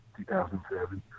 2007